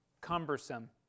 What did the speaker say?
Cumbersome